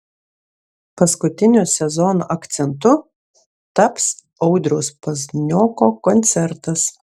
paskutiniu sezono akcentu taps audriaus paznioko koncertas